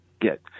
get